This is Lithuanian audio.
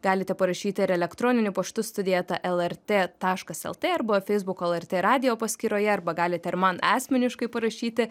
galite parašyti ir elektroniniu paštu studija eta lrt taškas lt arba feisbuko lrt radijo paskyroje arba galite ir man asmeniškai parašyti